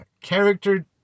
Character